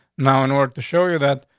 now, in order to show you that,